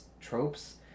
tropes